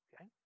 Okay